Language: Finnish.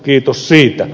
kiitos siitä